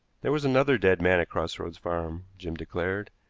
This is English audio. there was another dead man at cross roads farm, jim declared,